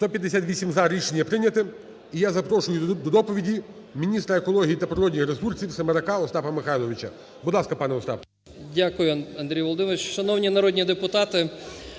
За-158 Рішення прийнято. І я запрошую до доповіді міністра екології та природніх ресурсів Семерака Остапа Михайловичу. Будь ласка, пане Остапе. 13:25:36 СЕМЕРАК О.М. Дякую, Андрію Володимировичу. Шановні народні депутати,